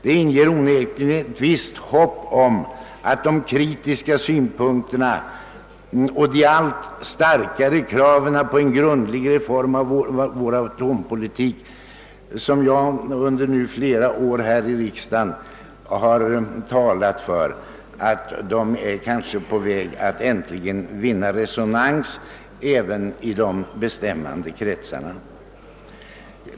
Det inger onekligen ett visst hopp om att de kritiska synpunkter och de allt starkare krav på en grundlig reform av vår atompolitik, som jag under flera år här i riksdagen har talat för, kanske är på väg att äntligen vinna resonans även i de bestämmande kretsarna.